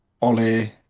Oli